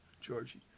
Georgie